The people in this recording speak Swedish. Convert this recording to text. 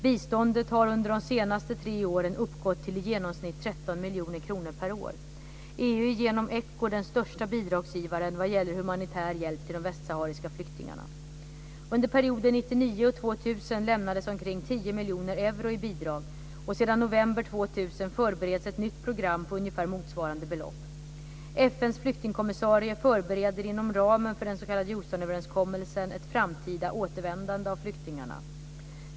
Biståndet har under de senaste tre åren uppgått till i genomsnitt 13 miljoner kronor per år. EU är genom ECHO den största bidragsgivaren vad gäller humanitär hjälp till de västsahariska flyktingarna. Under perioden 1999-2000 lämnades omkring 10 förbereds ett nytt program på ungefär motsvarande belopp. FN:s flyktingkommissarie förbereder inom ramen för den s.k. Houstonöverenskommelsen ett framtida återvändande av flyktingarna.